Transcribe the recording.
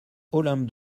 olympe